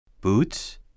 Boots